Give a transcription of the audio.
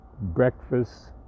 breakfast